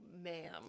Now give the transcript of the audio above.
ma'am